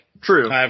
True